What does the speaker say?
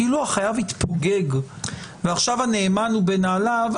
כאילו החייב התפוגג ועכשיו הנאמן הוא בנעליו,